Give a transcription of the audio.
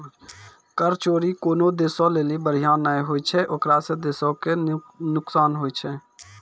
कर चोरी कोनो देशो लेली बढ़िया नै होय छै ओकरा से देशो के नुकसान होय छै